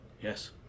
Yes